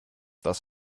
das